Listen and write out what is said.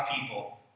people